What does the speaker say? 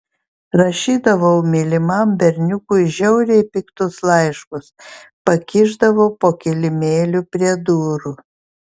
rašydavau mylimam berniukui žiauriai piktus laiškus pakišdavau po kilimėliu prie durų